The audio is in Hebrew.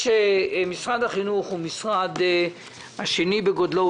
משרד החינוך הוא המשרד השני בגודלו,